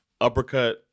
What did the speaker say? uppercut